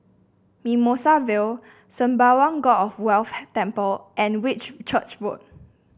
Mimosa Vale Sembawang God of Wealth Temple and Whitchurch Road